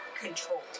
controlled